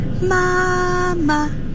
mama